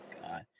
god